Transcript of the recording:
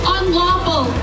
unlawful